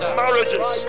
marriages